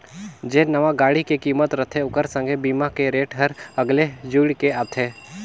जेन नावां गाड़ी के किमत रथे ओखर संघे बीमा के रेट हर अगले जुइड़ के आथे